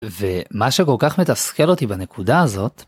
ומה שכל כך מתסכל אותי בנקודה הזאת.